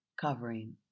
covering